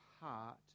heart